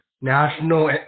national